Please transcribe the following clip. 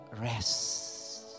rest